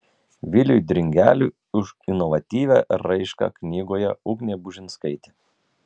viliui dringeliui už inovatyvią raišką knygoje ugnė bužinskaitė